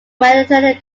mediterranean